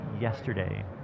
yesterday